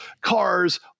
cars